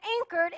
anchored